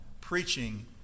preaching